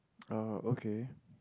ah okay